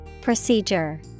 Procedure